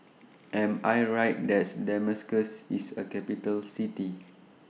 Am I Right that Damascus IS A Capital City